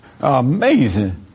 Amazing